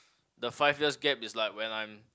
the five years gap is like when I'm